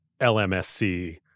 LMSC